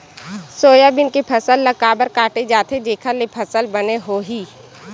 Soybean के फसल ल काबर काटे जाथे जेखर ले फसल बने होही?